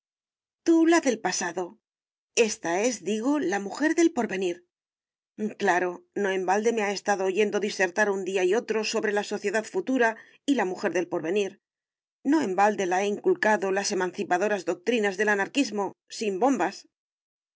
tú la del pasado esta es digo la mujer del porvenir claro no en balde me ha estado oyendo disertar un día y otro sobre la sociedad futura y la mujer del porvenir no en balde la he inculcado las emancipadoras doctrinas del anarquismo sin bombas